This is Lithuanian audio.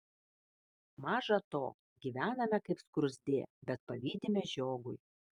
maža to gyvename kaip skruzdė bet pavydime žiogui